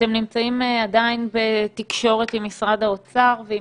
אתם נמצאים עדיין בתקשורת עם משרד האוצר ועם